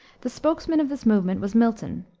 the spokesman of this movement was milton,